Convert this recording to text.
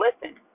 listen